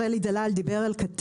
חבר הכנסת אלי דלל דיבר על כתף